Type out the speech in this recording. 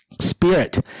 spirit